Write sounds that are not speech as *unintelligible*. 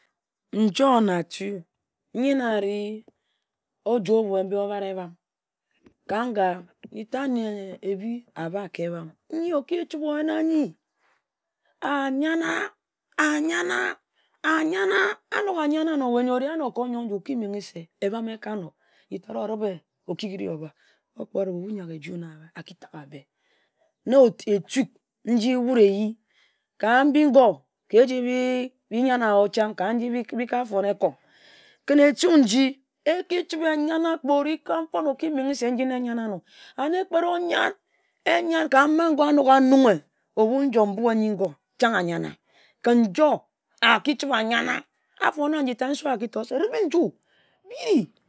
Njor na atiu, nyi ari ojuo-o-bue mbi obara ebam, ka nga nyi-tat yi ehbi a ba ka ebam nyi, oki ehibe oyen-na nyi ah yana ah yana ah yana, anok ah yan-ano, we yor ori anor ka oyoi nju oki menghe se ebam eka nob. Nji tat oribe okigini ohba or *unintelligible* ohbu nyak-aju na ahba, aki tagehe ahbe. Na etuk nji wut ehyi ka mbi-ngor, eji bi yan-na-oh, chang, ka mbi, mbi bi ka fon ekom. Kǝn etuk nji eki Chibe eyan na, ekpet oyan, ka man-gor anok anunghe, ohbu njom mbue nyi go chang a yan-na. Njor a ki chibe a yan-na. A for na nji tat nse-owah a ki tor se dibe nju biri.